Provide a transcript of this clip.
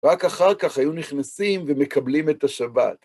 רק אחר כך היו נכנסים ומקבלים את השבת.